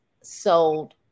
sold